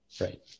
Right